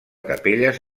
capelles